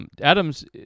Adams